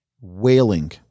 wailing